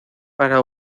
para